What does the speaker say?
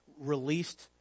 released